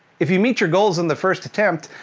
if you meet your goals in the first attempt,